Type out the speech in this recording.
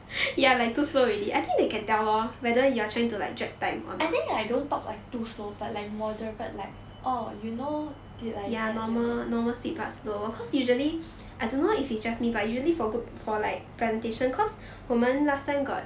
I think like don't talk like too slow but like moderate like orh you know did like that like that